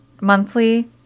monthly